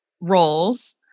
roles